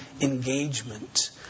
engagement